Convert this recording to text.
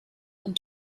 und